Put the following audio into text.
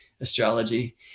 astrology